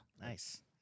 Nice